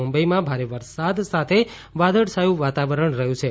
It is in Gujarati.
મુંબઈમાં ભારે વરસાદ સાથે વાદળછાયું વાતાવરણ રહ્યું છે